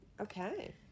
Okay